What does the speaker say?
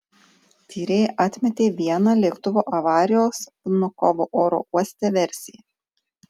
tyrėjai atmetė vieną lėktuvo avarijos vnukovo oro uoste versiją